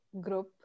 group